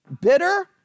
bitter